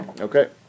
Okay